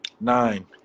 Nine